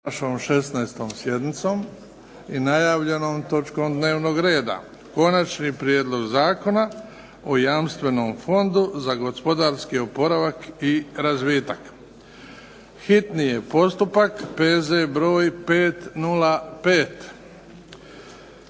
našom 16. sjednicom i najavljenom točkom dnevnog reda - Konačni prijedlog Zakona o jamstvenom fondu za gospodarski oporavak i razvitak, hitni postupak, prvo i